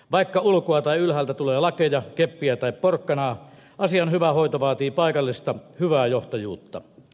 vaikka ulkoa tai ylhäältä tulee lakeja keppiä tai porkkanaa asian hyvä hoito vaatii paikallista hyvää johtajuutta